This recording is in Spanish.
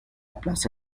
plaza